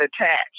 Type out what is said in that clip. attached